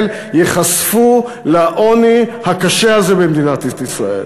ייחשפו לעוני הקשה הזה במדינת ישראל.